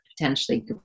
potentially